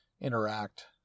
interact